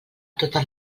totes